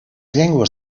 llengües